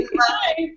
Hi